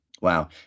wow